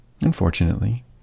Unfortunately